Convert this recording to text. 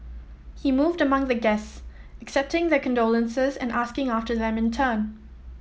he moved among the guests accepting their condolences and asking after them in turn